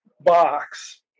box